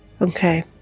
Okay